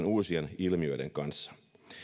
uusien ilmiöiden kanssa